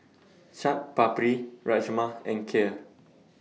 Chaat Papri Rajma and Kheer